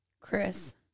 Chris